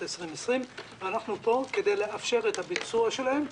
2020. אנחנו פה כדי לאפשר את הביצוע שלהם,